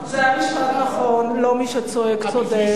זה לא אומר שהיא צודקת.